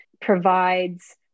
provides